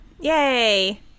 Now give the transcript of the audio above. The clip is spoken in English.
Yay